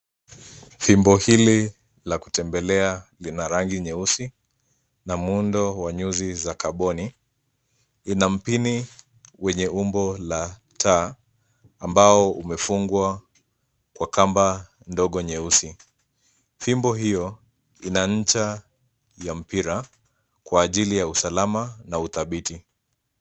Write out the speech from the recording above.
Fimbo hili la kutembelea lina rangi nyeusi na muundo wa nyuzi za kaboni. Ina mpini wenye umbo la taa, ambao umefungwa kwa kamba ndogo nyeusi. Fimbo hio ina ncha ya mpira, kwa ajili ya usalama na udhabiti.